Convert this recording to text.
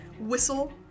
whistle